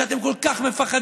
שאתם כל כך מפחדים,